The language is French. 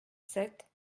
sept